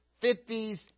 fifties